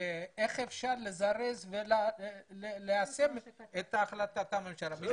איך אפשר לזרז וליישם את החלטת הממשלה.